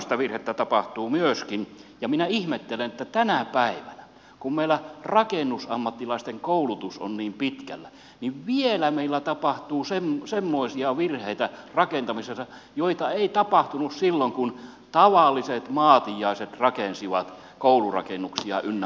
tämmöistä virhettä tapahtuu myöskin ja minä ihmettelen että tänä päivänä kun meillä rakennusammattilaisten koulutus on niin pitkällä vielä meillä tapahtuu semmoisia virheitä rakentamisessa joita ei tapahtunut silloin kun tavalliset maatiaiset rakensivat koulurakennuksia ynnä muita